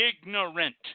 ignorant